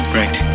Great